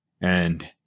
And-